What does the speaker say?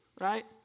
right